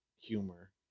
humor